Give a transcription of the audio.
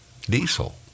Diesel